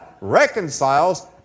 reconciles